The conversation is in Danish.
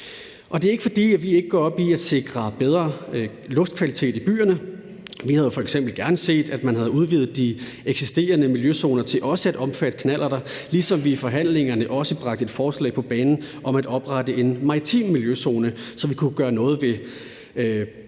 Det er ikke, fordi vi ikke går op i at sikre bedre luftkvalitet i byerne. Vi havde f.eks. gerne set, at man havde udvidet de eksisterende miljøzoner til også at omfatte knallerter, ligesom vi i forhandlingerne også bragte et forslag på banen om at oprette en maritim miljøzone, så vi kunne gøre noget ved primært